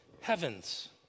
Heavens